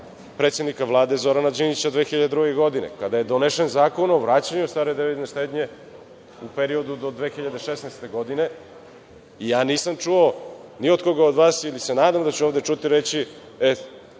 predsednika Vlade Zorana Đinđića 2002. godine, kada je donesen Zakon o vraćanju stare devizne štednje u periodu do 2016. godine. Ja nisam čuo ni od koga od vas ili se nadam da ću ovde čuti reči